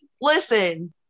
listen